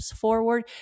forward